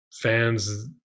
fans